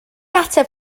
ateb